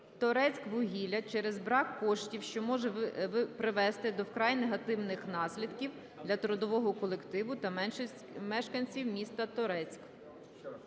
"Торецьквугілля" через брак коштів, що може призвести до вкрай негативних наслідків для трудового колективу та мешканців міста Торецьк.